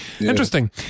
Interesting